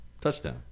Touchdown